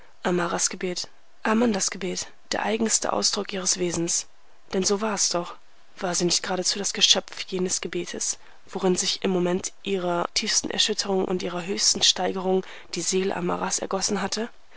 amaras gebet amandas gebet der eigenste ausdruck ihres wesens denn so war es doch war sie nicht geradezu das geschöpf jenes gebetes worin sich im moment ihrer tiefsten erschütterung und ihrer höchsten steigerung die seele amaras ergossen hatte